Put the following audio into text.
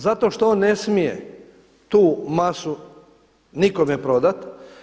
Zato što on ne smije tu masu nikome prodati.